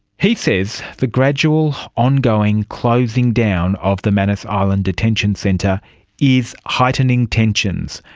he says the gradual ongoing closing down of the manus island detention centre is heightening tensions,